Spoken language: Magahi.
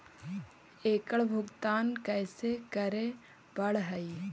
एकड़ भुगतान कैसे करे पड़हई?